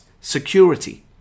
security